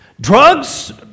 Drugs